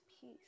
peace